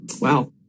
Wow